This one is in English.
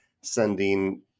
sending